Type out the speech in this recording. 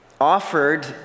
offered